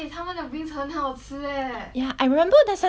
ya I remember that time I with you right together right